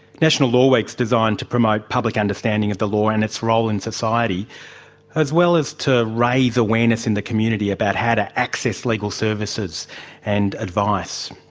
national law week is designed to promote public understanding of the law and its role in society as well as to raise awareness in the community about how to access legal services and advice.